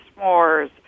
s'mores